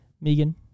Megan